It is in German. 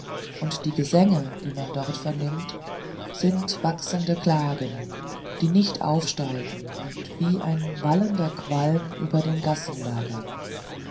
und die gesänge die man dort vernimmt sind wachsende klagen die nicht aufsteigen und wie ein wallender qualm über den gassen lagern